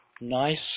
nice